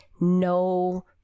no